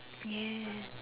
yeah